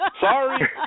Sorry